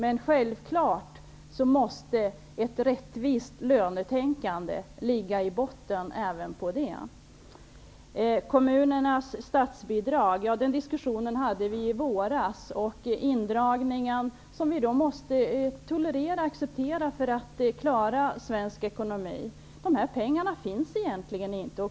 Ett rättvist lönetänkande måste naturligtvis ligga i botten även i ett sådant system. I våras förde vi en dikussion om kommunernas statsbidrag. Vi måste tolerera och acceptera en indragning för att klara den svenska ekonomin. Dessa pengar finns egentligen inte.